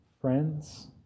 friends